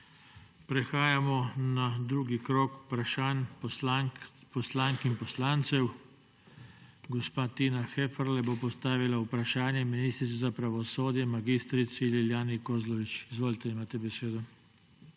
Prehajamo na drugi krog vprašanj poslank in poslancev. Gospa Tina Heferle po postavila vprašanje ministrici za pravosodje mag. Lilijani Kozlovič. Izvolite, imate besedo.